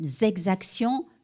exactions